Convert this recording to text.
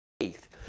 faith